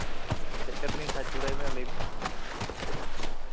ᱪᱮᱫ ᱛᱮᱞᱤᱧ ᱥᱟᱦᱟᱡᱡᱚ ᱫᱟᱲᱮᱭᱟᱵᱮᱱᱟ ᱞᱟᱹᱭ ᱵᱤᱱ